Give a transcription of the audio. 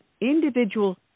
Individual